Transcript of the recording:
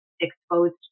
exposed